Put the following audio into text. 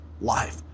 life